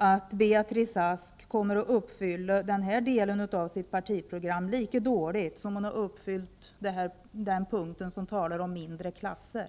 att Beatrice Ask kommer att uppfylla den här delen av sitt partiprogram lika dåligt som hon har uppfyllt den punkt som talar om mindre klasser.